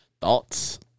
Thoughts